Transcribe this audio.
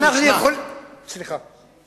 אנחנו יכולים, סליחה.